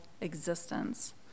existence